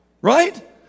Right